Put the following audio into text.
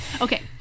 Okay